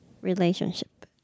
relationship